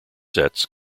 sets